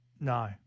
No